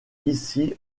ici